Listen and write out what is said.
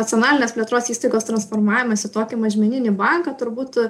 nacionalinės plėtros įstaigos transformavimas į tokį mažmeninį banką turbūt